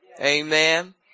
Amen